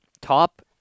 top